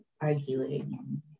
arguing